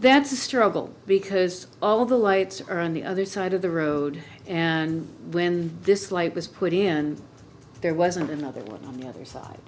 that's a struggle because all the lights are on the other side of the road and when this light was put in and there wasn't another one on the other side